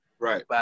Right